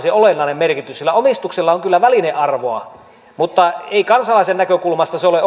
olennaista merkitystä sillä omistuksella on kyllä välinearvoa mutta ei kansalaisen näkökulmasta ole